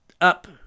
up